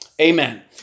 Amen